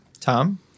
tom